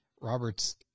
Robert's